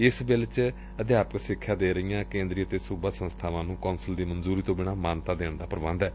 ਇਸ ਬਿੱਲ ਚ ਅਧਿਆਪਕ ਸਿਖਿਆ ਦੇ ਰਹੀਆ ਕੇਦਰੀ ਅਤੇ ਸੂਬਾ ਸੰਸਬਾਵਾ ਨੂੰ ਕੌਸਲ ਦੀ ਮਨਜੂਰੀ ਤੋਂ ਬਿਨਾਂ ਮਾਨਤਾ ਦੇਣ ਦਾ ਪ੍ਰਬੰਧ ਏ